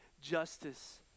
justice